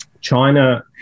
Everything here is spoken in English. China